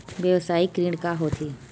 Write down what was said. व्यवसायिक ऋण का होथे?